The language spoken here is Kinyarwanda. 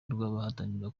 rw’abahatanira